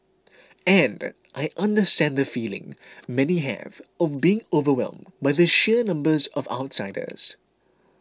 and I understand the feeling many have of being overwhelmed by the sheer numbers of outsiders